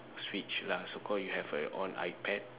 switch lah so called you have a own iPad